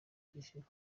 akishyura